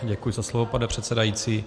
Děkuji za slovo, pane předsedající.